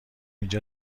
اینجا